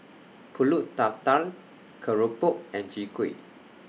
Pulut Tatal Keropok and Chwee Kueh